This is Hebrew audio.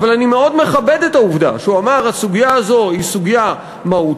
אבל אני מאוד מכבד את העובדה שהוא אמר: הסוגיה הזו היא סוגיה מהותית,